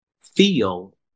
feel